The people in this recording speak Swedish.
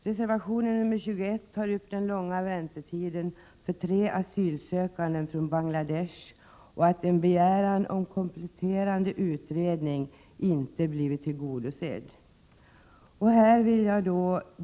Reservation nr 21 tar upp dels den långa väntetiden för tre asylsökande från Bangladesh, dels förhållandet att en begäran om kompletterande utredning inte blivit tillgodosedd.